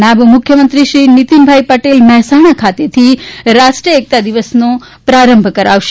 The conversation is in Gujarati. નાયબ મુખ્યમંત્રી શ્રી નીતિનભાઇ પટેલ મહેસાણા ખાતેથી રાષ્ટ્રીય એકતા દિવસનો પ્રારંભ કરાવશે